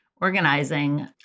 organizing